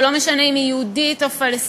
ולא משנה אם היא יהודית או פלסטינית,